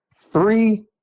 three